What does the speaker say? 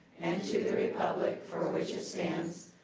and to the republic for which it stands,